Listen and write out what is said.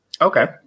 Okay